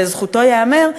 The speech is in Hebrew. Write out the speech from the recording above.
לזכותו ייאמר,